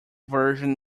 version